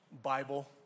Bible